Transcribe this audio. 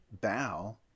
bow